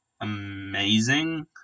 amazing